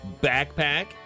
Backpack